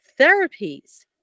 therapies